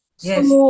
Yes